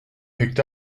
picked